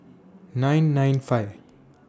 nine nine five